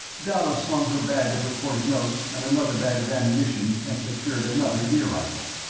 dalla slung her bag of recorded notes, and another bag of ammunition, and secured another deer rifle.